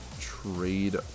trade